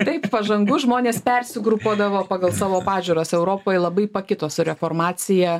taip pažangu žmonės persigrupuodavo pagal savo pažiūras europoj labai pakito su reformacija